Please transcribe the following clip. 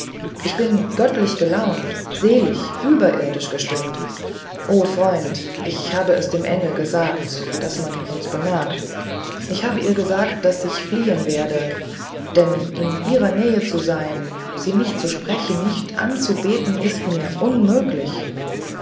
ich bin göttlich gelaunt selig überirdisch gestimmt o freund ich habe es dem engel gesagt daß man uns bemerkt ich habe ihr gesagt daß ich fliehen werde denn in ihrer nähe zu sein sie nicht zu sprechen nicht anzubeten ist mir unmöglich